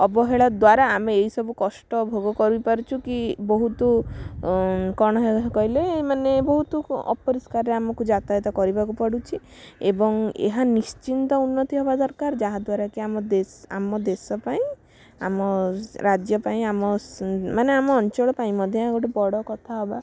ଅବହେଳା ଦ୍ଵାରା ଆମେ ଏହି ସବୁ କଷ୍ଟ ଭୋଗ କରି ପାରୁଛୁ କି ବହୁତ କ'ଣ କହିଲେ ମାନେ ବହୁତ ଅପରିଷ୍କାରରେ ଆମକୁ ଯାତାୟତ କରିବାକୁ ପଡ଼ୁଛି ଏବଂ ଏହା ନିଶ୍ଚିନ୍ତ ଉନ୍ନତି ହେବା ଦରକାର ଯାହା ଦ୍ଵାରା କି ଆମ ଦେଶ ଆମ ଦେଶ ପାଇଁ ଆମ ରାଜ୍ୟ ପାଇଁ ଆମ ମାନେ ଆମ ଅଞ୍ଚଳ ପାଇଁ ମଧ୍ୟ ଏହା ଗୋଟେ ବଡ଼ କଥା ହେବା